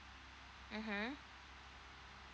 mmhmm